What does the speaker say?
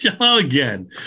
again